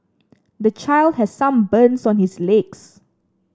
the child has some burns on his legs